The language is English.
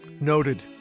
Noted